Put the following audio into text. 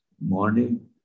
morning